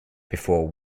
before